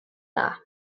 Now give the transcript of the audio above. dda